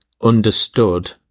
understood